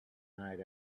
night